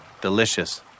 Delicious